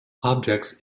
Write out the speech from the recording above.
objects